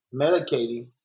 medicating